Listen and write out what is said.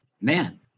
man